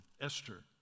Esther